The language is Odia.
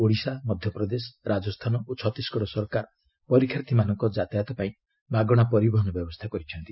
ଓଡ଼ିଶା ମଧ୍ୟପ୍ରଦେଶ ରାଜସ୍ଥାନ ଓ ଛତିଶଗଡ ସରକାର ପରୀକ୍ଷାର୍ଥୀମାନଙ୍କ ଯାତାୟାତ ପାଇଁ ମାଗଣା ପରିବହନ ବ୍ୟବସ୍ଥା କରିଛନ୍ତି